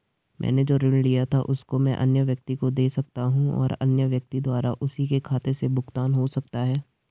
मैंने जो ऋण लिया था उसको मैं अन्य व्यक्ति को दें सकता हूँ और अन्य व्यक्ति द्वारा उसी के खाते से भुगतान हो सकता है?